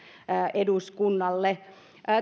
eduskunnalle